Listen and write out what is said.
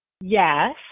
Yes